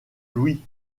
louis